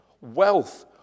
wealth